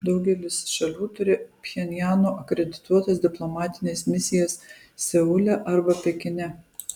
daugelis šalių turi pchenjano akredituotas diplomatines misijas seule arba pekine